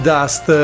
Dust